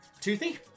Toothy